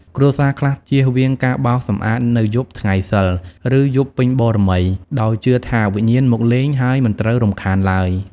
គ្រួសារខ្លះជៀសវាងការបោសសម្អាតនៅយប់ថ្ងៃសីល ឬយប់ពេញបូណ៌មី ដោយជឿថាវិញ្ញាណមកលេង ហើយមិនត្រូវរំខានឡើយ។